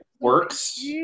works